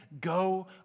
go